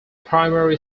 primary